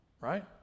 right